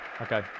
Okay